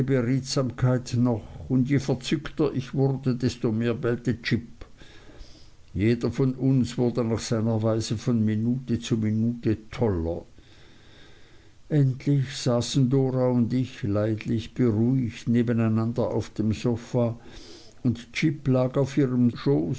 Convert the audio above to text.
beredsamkeit noch und je verzückter ich wurde desto mehr bellte jip jeder von uns wurde nach seiner weise von minute zu minute toller endlich saßen dora und ich leidlich beruhigt nebeneinander auf dem sofa und jip lag auf ihrem schoß